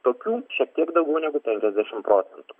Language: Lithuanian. tokių šiek tiek daugiau negu penkiasdešim procentų